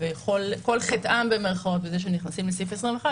כל חטאם במירכאות שנכנסים לסעיף 21,